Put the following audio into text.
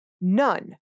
None